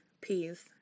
Peace